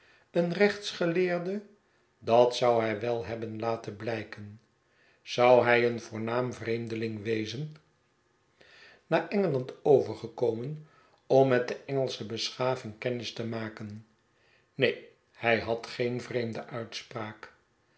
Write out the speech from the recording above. een rechtsgeleerde dat zou hij wel hebben laten blyken zou hij een voornaam vreemdeling wezen naar engeland overgekomen om met de engelsche be schaving kennis te maken neen hij had geen vreemde uitspraak